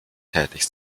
tätig